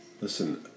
Listen